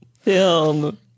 Film